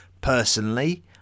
Personally